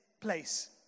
place